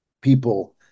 people